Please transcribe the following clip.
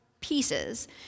pieces